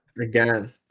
Again